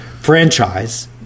franchise